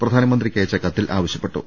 പ്രധാനമന്ത്രിക്കയച്ച കത്തിൽ ആവശ്യ പ്പെട്ടു